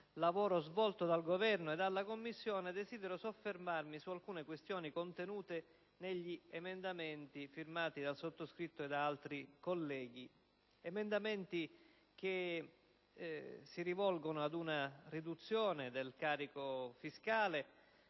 lavoro svolto dal Governo e dalla Commissione desidero soffermarmi su alcune questioni contenute negli emendamenti firmati dal sottoscritto e da altri colleghi, che si rivolgono ad una riduzione del carico fiscale,